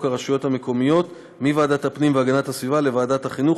הרשויות המקומיות מוועדת הפנים והגנת הסביבה לוועדת החינוך,